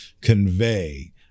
convey